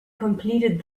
completed